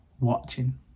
watching